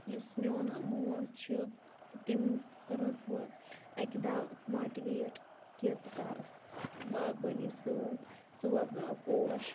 یُس میون مول چھُ تٔمۍ کٔرٕس بہٕ اَکہِ دۄہ ماٹِویٹ کہِ ژٕ کر باغبٲنی سۭتۍ ژٕ وۄبداو پوش